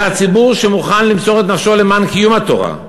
זה הציבור שמוכן למסור את נפשו למען קיום התורה.